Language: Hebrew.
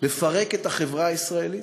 לפרק את החברה הישראלית,